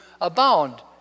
abound